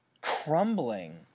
crumbling